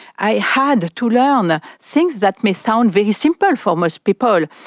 i had to learn ah things that may sound very simple for most people.